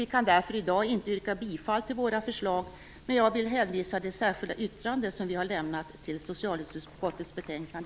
Vi kan därför inte i dag yrka bifall till våra förslag, men jag vill hänvisa till det särskilda yttrande som vi har lämnat till socialutskottets betänkande